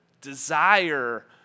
desire